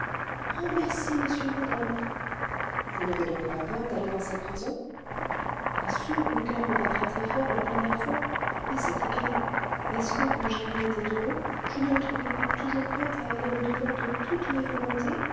oh merci monsieur rodolphe vous n'aurez donc pas peur d'aller dans sa prison bien sûr le coeur me battra très-fort la première fois mais c'est égal est-ce que quand germain était heureux je ne le trouvais pas toujours prêt à aller au-devant de toutes mes volontés